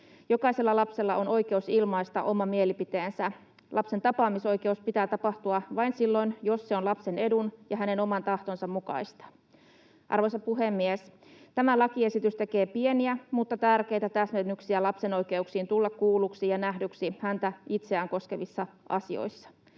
Jokaisella lapsella on oikeus ilmaista oma mielipiteensä. Lapsen tapaamisoikeuden pitää tapahtua vain silloin, jos se on lapsen edun ja hänen oman tahtonsa mukaista. Arvoisa puhemies! Tämä lakiesitys tekee pieniä mutta tärkeitä täsmennyksiä lapsen oikeuksiin tulla kuulluksi ja nähdyksi häntä itseään koskevissa asioissa.